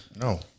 No